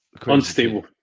unstable